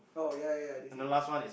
oh ya ya ya it is it is